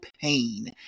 pain